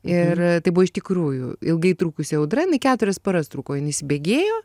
ir tai buvo iš tikrųjų ilgai trukusi audra jinai keturias paras truko jin įsibėgėjo